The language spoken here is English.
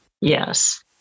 yes